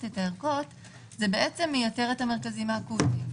את הערכות זה בעצם ייתר את המרכזים האקוטיים.